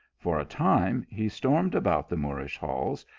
for a time he stormed about the moorish halls,